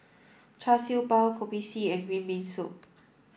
Char Siew Bao Kopi C and green bean soup